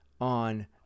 on